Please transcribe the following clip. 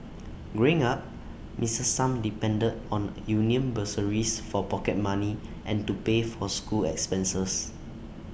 growing up miss sum depended on union bursaries for pocket money and to pay for school expenses